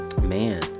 man